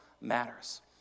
matters